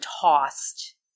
tossed